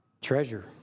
treasure